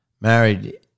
married